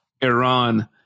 Iran